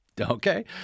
Okay